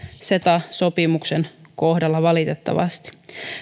ceta sopimuksen kohdalla valitettavasti